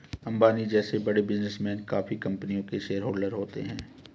अंबानी जैसे बड़े बिजनेसमैन काफी कंपनियों के शेयरहोलडर होते हैं